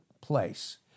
place